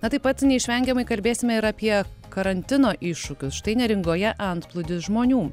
na taip pat neišvengiamai kalbėsime ir apie karantino iššūkius štai neringoje antplūdis žmonių